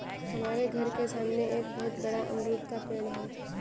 हमारे घर के सामने एक बहुत बड़ा अमरूद का पेड़ है